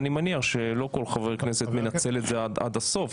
אני מניח שלא כל חבר כנסת מנצל את זה עד הסוף,